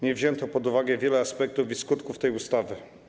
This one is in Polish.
Nie wzięto pod uwagę wielu aspektów i skutków tej ustawy.